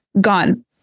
gone